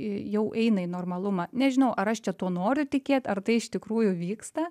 jau eina į normalumą nežinau ar aš čia tuo noriu tikėt ar tai iš tikrųjų vyksta